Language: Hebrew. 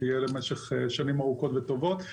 שתהיה למשך שנים ארוכות וטובות.